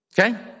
Okay